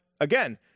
again